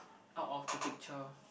out of the picture